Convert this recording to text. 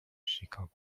chicago